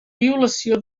violació